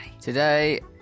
Today